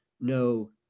no